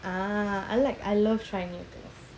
ah I like I love shiny things